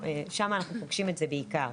שם אנחנו פוגשים את זה בעיקר.